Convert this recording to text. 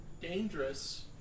dangerous